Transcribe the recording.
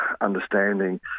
understanding